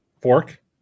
Fork